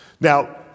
Now